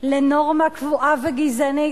לנורמה קבועה וגזענית.